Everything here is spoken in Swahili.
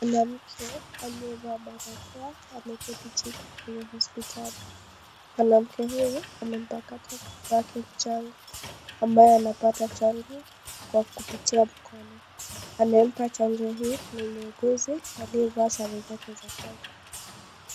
Mwanamke aliyevaa barakoa ameketi chini kwenye hospitali. Mwanamke huyu amempakata mtoto wake mchanga ambaye anapata chanjo kwa kupitia mkono. Anayempa chanjo hii ni muguzi aliyevaa sare zake za kazi.